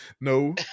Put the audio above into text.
no